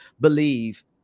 believe